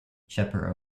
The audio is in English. shepherd